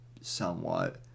somewhat